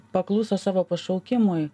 pakluso savo pašaukimui